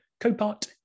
Copart